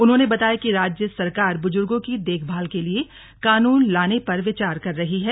उन्होंने बताया कि राज्य सरकार बुज़ुर्गो की देखभाल के लिए कानून लाने पर विचार कर रही है